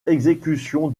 exécutions